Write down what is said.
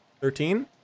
Thirteen